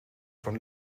von